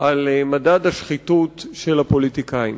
על מדד השחיתות של הפוליטיקאים.